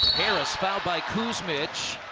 harris fouled by kuzmic.